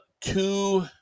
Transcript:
two